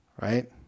right